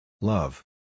Love